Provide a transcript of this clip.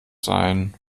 sein